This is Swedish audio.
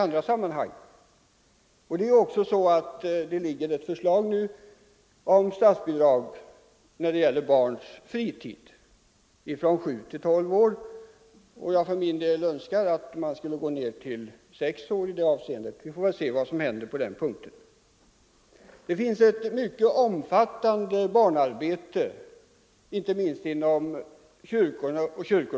Nu ligger det också ett förslag om statsbidrag till verksamhet för barns fritid, det gäller barn från sju till tolv år. Jag önskar för min del att man där skall gå ner till sex år. Vi får väl se vad som händer där. Det bedrivs ett mycket omfattande arbete bland barnen, inte minst inom kyrkor och samfund.